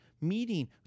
meeting